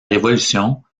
révolution